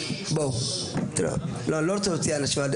אני לא רוצה להוציא אנשים.